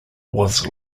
was